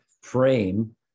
frame